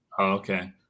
Okay